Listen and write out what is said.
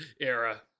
era